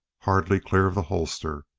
hardly clear of the holster,